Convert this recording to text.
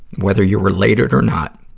whether you're related or not.